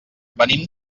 venim